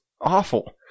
awful